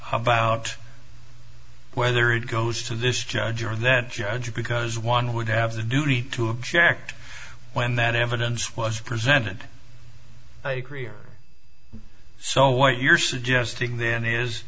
about whether it goes to this judge or that judge because one would have the duty to object when that evidence was presented a career so what you're suggesting then is